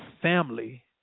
family